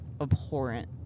Abhorrent